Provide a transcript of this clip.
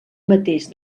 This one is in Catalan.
mateix